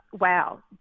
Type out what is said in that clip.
wow